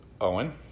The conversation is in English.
Owen